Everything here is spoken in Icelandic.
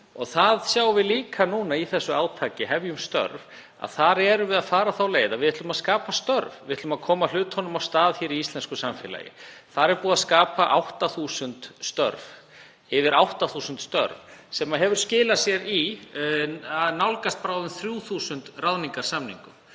Það sjáum við líka núna í þessu átaki, Hefjum störf. Þar förum við þá leið að við ætlum að skapa störf, við ætlum að koma hlutunum af stað í íslensku samfélagi. Þar er búið að skapa 8.000 störf, yfir 8.000 störf, sem hefur skilað sér í næstum 3.000 ráðningarsamningum.